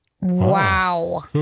Wow